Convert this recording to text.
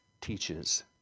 teaches